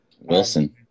Wilson